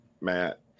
matt